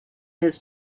his